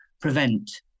prevent